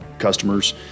customers